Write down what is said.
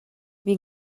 wie